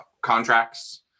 contracts